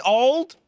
old